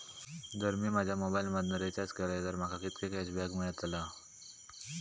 जर मी माझ्या मोबाईल मधन रिचार्ज केलय तर माका कितके कॅशबॅक मेळतले?